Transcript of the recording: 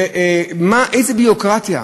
איזה ביורוקרטיה,